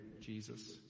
jesus